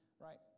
Right